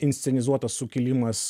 inscenizuotas sukilimas